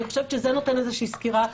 אני חושבת שזה נותן איזושהי סקירה.